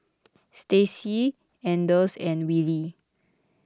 Stacia anders and Willie